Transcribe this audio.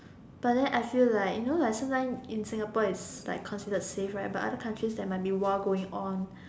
but then I feel like you know like sometime in Singapore is like considered safe right but other countries there might be war going on